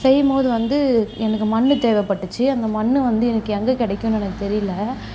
செய்யும்போது வந்து எனக்கு மண் தேவைப்பட்டுச்சி அந்த மண் வந்து எனக்கு எங்கெ கிடைக்குனு எனக்கு தெரியல